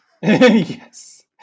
Yes